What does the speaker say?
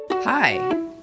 Hi